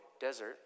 desert